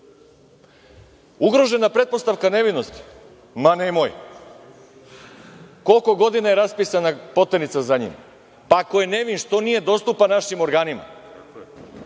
Ugrožena pretpostavka nevinosti. Ma nemoj. Koliko godina je raspisana poternica za njim? Ako je nevin, što onda nije dostupan našim organima?